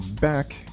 back